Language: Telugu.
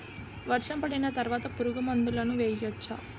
వర్షం పడిన తర్వాత పురుగు మందులను వేయచ్చా?